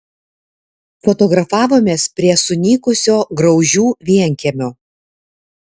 fotografavomės prie sunykusio graužių vienkiemio